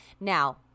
now